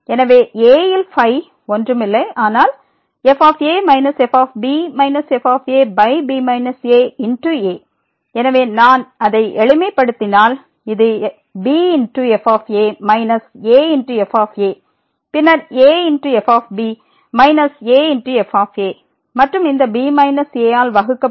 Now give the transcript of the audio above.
எனவே a யில் φ ஒன்றும் இல்லை ஆனால் fa fb f ab aa எனவே நான் அதை எளிமைப்படுத்தினால் இது b f a a f பின்னர் a f b a f மற்றும் இந்த b a ஆல் வகுக்கப்படும்